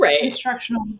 instructional